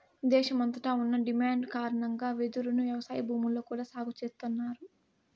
దేశమంతట ఉన్న డిమాండ్ కారణంగా వెదురును వ్యవసాయ భూముల్లో కూడా సాగు చేస్తన్నారు